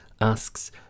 asks